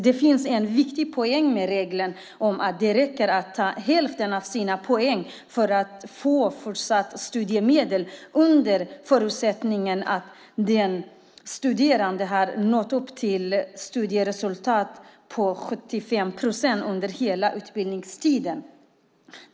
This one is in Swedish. Det finns en viktig poäng med regeln om att det räcker att ta hälften av sina poäng för att fortsatt få studiemedel under förutsättning att den studerande har nått upp till ett studieresultat på 75 procent under hela utbildningstiden.